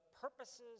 purposes